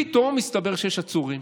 פתאום מסתבר שיש עצורים.